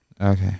okay